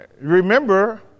remember